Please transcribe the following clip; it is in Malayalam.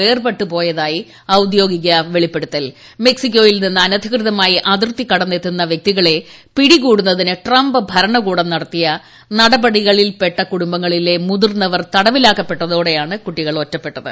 വേർപെട്ടുപോയതായി ഔദ്യോഗിക മെക്സിക്കോയിൽ നിന്ന് അനധികൃതമായി അതിർത്തി കടന്ന് എത്തുന്ന വ്യക്തികളെ പിടികൂടുന്നതിന് ട്രംപ് ഭരണകൂടം നടത്തിയ നടപടികളിൽപെട്ട മുതിർന്നവർ കുടുംബങ്ങളിലെ തടവിലാക്കപ്പെട്ടതോടെയാണ് കുട്ടികൾ ഒറ്റപ്പെട്ടത്